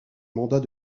mandat